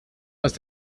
dass